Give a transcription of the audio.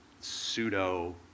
pseudo